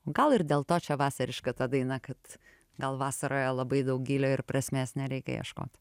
gal ir dėl to čia vasariška ta daina kad gal vasarą labai daug gylio ir prasmės nereikia ieškot